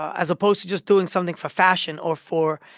as opposed to just doing something for fashion or for,